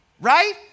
Right